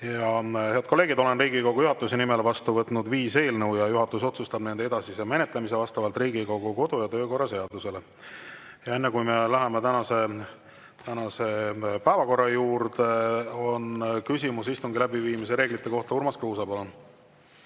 Head kolleegid, olen Riigikogu juhatuse nimel vastu võtnud viis eelnõu ja juhatus otsustab nende edasise menetlemise vastavalt Riigikogu kodu- ja töökorra seadusele. Ja enne, kui me läheme tänase päevakorra juurde, on küsimus istungi läbiviimise reeglite kohta. Urmas Kruuse, palun!